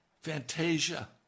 Fantasia